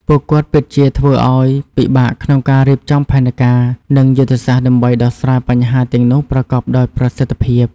ពួកគាត់ពិតជាធ្វើឱ្យពិបាកក្នុងការរៀបចំផែនការ និងយុទ្ធសាស្ត្រដើម្បីដោះស្រាយបញ្ហាទាំងនោះប្រកបដោយប្រសិទ្ធភាព។